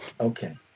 okay